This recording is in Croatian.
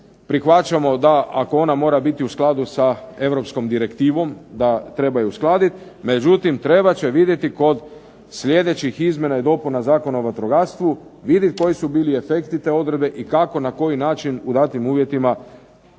Prihvaćamo da ako ona mora biti u skladu sa europskom direktivom da treba ju uskladiti, međutim trebat će vidjeti kod sljedećih izmjena i dopuna Zakona o vatrogastvu vidjeti koji su bili efekti te odredbe i kako na koji način u datim uvjetima,